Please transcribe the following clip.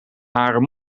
haren